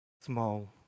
small